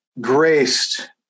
graced